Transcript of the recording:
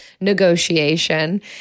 negotiation